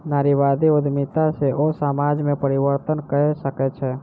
नारीवादी उद्यमिता सॅ ओ समाज में परिवर्तन कय सकै छै